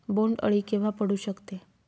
बोंड अळी केव्हा पडू शकते?